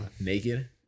Naked